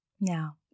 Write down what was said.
Now